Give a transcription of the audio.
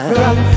run